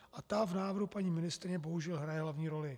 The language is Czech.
A ta v návrhu paní ministryně bohužel hraje hlavní roli.